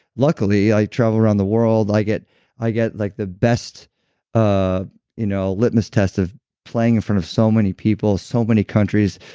luckily, i travel around the world, i get i get like the best ah you know litmus test of playing in front of so many people, so many countries,